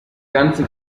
ganze